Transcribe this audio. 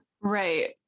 right